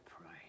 pray